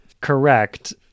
Correct